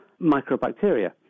microbacteria